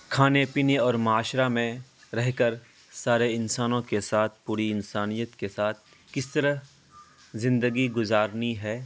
کھانے پینے اور معاشرہ میں رہ کر سارے انسانوں کے ساتھ پوری انسانیت کے ساتھ کس طرح زندگی گزارنی ہے